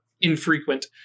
infrequent